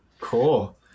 Cool